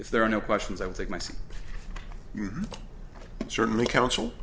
if there are no questions i would like most certainly counsel